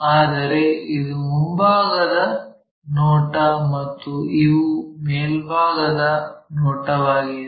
ಆದರೆ ಇದು ಮುಂಭಾಗದ ನೋಟ ಮತ್ತು ಇದು ಮೇಲ್ಭಾಗದ ನೋಟವಾಗಿದೆ